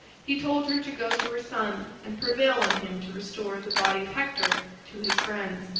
he told her to go to her son and prevail on him to restore the body of hector to his friends.